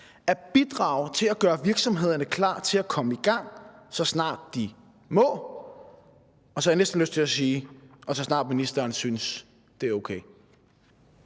at bidrage til at gøre virksomhederne klar til at komme i gang, så snart de må? Og så har jeg næsten lyst til at sige: Og så snart ministeren synes, det er okay.